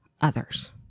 others